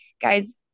guys